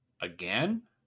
again